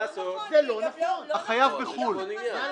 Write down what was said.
החייב בחו"ל.